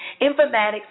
Informatics